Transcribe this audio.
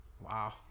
Wow